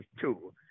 two